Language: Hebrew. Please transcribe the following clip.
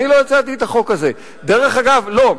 אני לא הצעתי את החוק הזה, דרך אגב, לא,